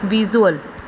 visual